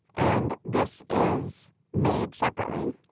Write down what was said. and this is made separately.